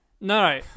No